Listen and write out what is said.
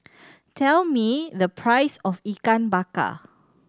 tell me the price of Ikan Bakar